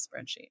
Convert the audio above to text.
spreadsheet